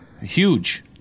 Huge